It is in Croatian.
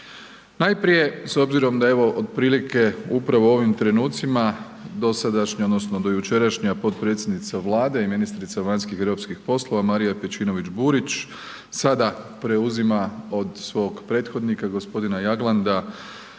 Najprije, s obzirom da je evo otprilike upravo u ovim trenucima dosadašnja, odnosno do jučerašnja potpredsjednica Vlade i ministrica vanjskih i europskih poslova Marija Pejčinović Burić sada preuzima od svog prethodnika gospodina Jaglanda